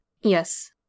Yes